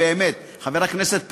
חבר הכנסת פרי,